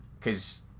cause